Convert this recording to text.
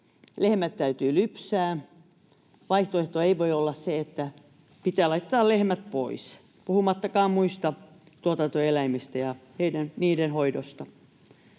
Lehmät täytyy lypsää, vaihtoehtona ei voi olla se, että pitää laittaa lehmät pois, puhumattakaan muista tuotantoeläimistä ja niiden hoidosta.